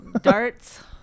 Darts